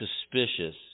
suspicious